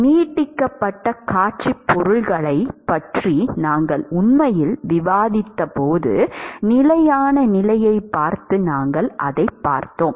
நீட்டிக்கப்பட்ட காட்சிப்பொருள்களைப் பற்றி நாங்கள் உண்மையில் விவாதித்தபோது நிலையான நிலையைப் பார்த்து நாங்கள் அதைப் பார்த்தோம்